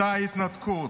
אותה התנתקות.